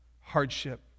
hardship